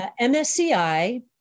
MSCI